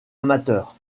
amateur